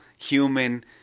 Human